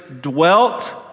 dwelt